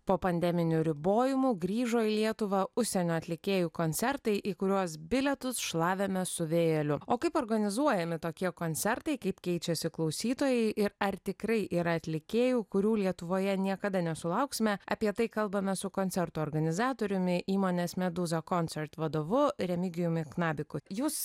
po pandeminių ribojimų grįžo į lietuvą užsienio atlikėjų koncertai į kuriuos bilietus šlavėme su vėjeliu o kaip organizuojami tokie koncertai kaip keičiasi klausytojai ir ar tikrai yra atlikėjų kurių lietuvoje niekada nesulauksime apie tai kalbame su koncerto organizatoriumi įmonės medūza koncert vadovu remigijumi knabiku jūs